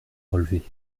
relever